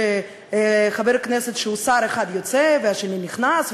שחבר כנסת שהוא שר אחד יוצא והשני נכנס,